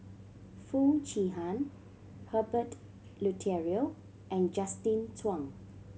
Foo Chee Han Herbert Eleuterio and Justin Zhuang